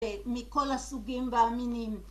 מכל הסוגים והמינים